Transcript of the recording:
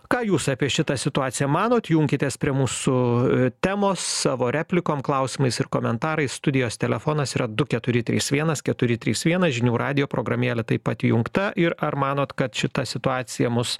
ką jūs apie šitą situaciją manot junkitės prie mūsų temos savo replikom klausimais ir komentarais studijos telefonas yra du keturi trys vienas keturi trys vienas žinių radijo programėlė taip pat įjungta ir ar manot kad šita situacija mus